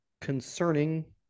concerning